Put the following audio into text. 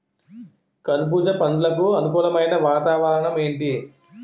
కర్బుజ పండ్లకు అనుకూలమైన వాతావరణం ఏంటి?